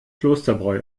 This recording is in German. klosterbräu